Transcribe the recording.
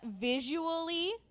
visually